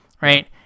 right